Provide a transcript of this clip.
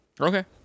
Okay